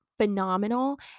phenomenal